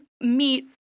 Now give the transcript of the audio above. meet